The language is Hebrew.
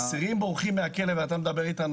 אסירים בורחים מהכלא ואתה מדבר איתנו